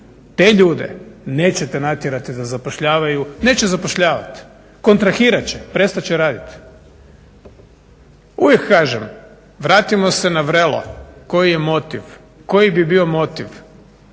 Te ljude nećete natjerati da zapošljavaju, neće zapošljavati, kontrahirat će, prestat će raditi. Uvijek kažem, vratimo se na vrelo. Koji je motiv? Koji bi bio motiv